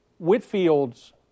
Whitfield's